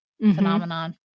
phenomenon